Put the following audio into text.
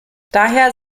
daher